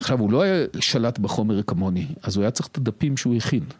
עכשיו הוא לא היה שלט בחומר כמוני, אז הוא היה צריך את הדפים שהוא הכין.